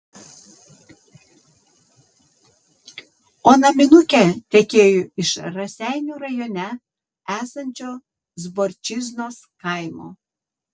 o naminukė tekėjo iš raseinių rajone esančio zborčiznos kaimo